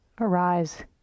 arise